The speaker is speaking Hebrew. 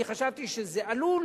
אני חשבתי שזה עלול